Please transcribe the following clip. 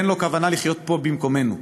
ואין לו כוונה לחיות פה במקומנו.